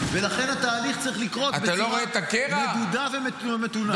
ולכן התהליך צריך לקרות בצורה מדודה ומתונה.